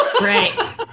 right